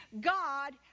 God